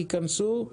תכנסו,